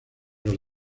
los